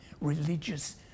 religious